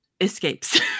escapes